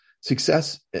success